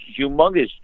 humongous